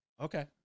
Okay